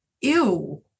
ew